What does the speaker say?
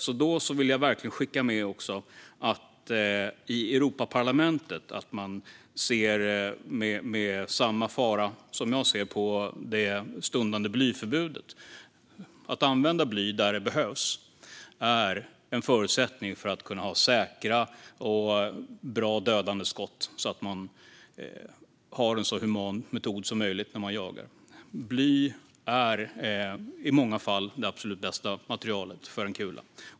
Låt mig därför skicka med att man i Europaparlamentet bör se med samma farhåga som jag på det stundande blyförbudet. Att använda bly där det behövs är en förutsättning för att kunna ha säkra och dödande skott och en så human metod som möjligt när man jagar. Man behöver förstå att bly i många fall är det absolut bästa materialet för en kula.